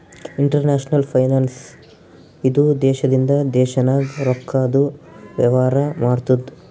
international finance ಇದು ದೇಶದಿಂದ ದೇಶ ನಾಗ್ ರೊಕ್ಕಾದು ವೇವಾರ ಮಾಡ್ತುದ್